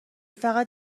فقط